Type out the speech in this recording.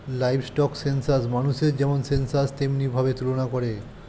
livestock census মানুষের যেমন census তেমনি ভাবে তুলনা করে